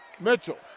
Mitchell